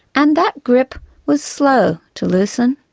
and that grip was slow to loosen.